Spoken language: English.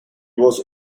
was